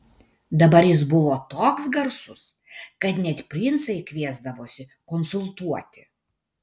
dabar jis buvo toks garsus kad net princai kviesdavosi konsultuoti